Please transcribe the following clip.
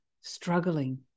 struggling